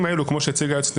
יחד עם זאת,